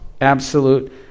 absolute